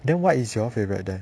then what is your favourite then